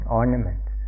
ornaments